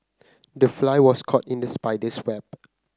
the fly was caught in the spider's web